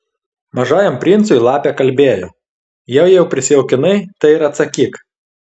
mažajam princui lapė kalbėjo jei jau prisijaukinai tai ir atsakyk